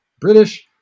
British